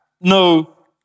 no